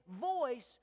voice